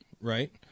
right